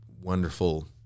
Wonderful